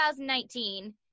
2019